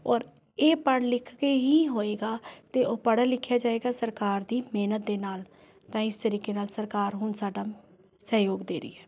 ਔਰ ਇਹ ਪੜ੍ਹ ਲਿਖ ਕੇ ਹੀ ਹੋਏਗਾ ਅਤੇ ਉਹ ਪੜ੍ਹਿਆ ਲਿਖਿਆ ਜਾਏਗਾ ਸਰਕਾਰ ਦੀ ਮਿਹਨਤ ਦੇ ਨਾਲ ਤਾਂ ਇਸ ਤਰੀਕੇ ਨਾਲ ਸਰਕਾਰ ਹੁਣ ਸਾਡਾ ਸਹਿਯੋਗ ਦੇ ਰਹੀ ਹੈ